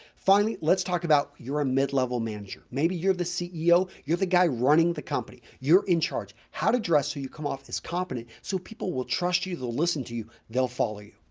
finally, let's talk about you're a mid-level manager. maybe you're the ceo, you're the guy running the company, you're in charge. how to dress so you come off as competent so people will trust you they'll listen to you they'll follow you.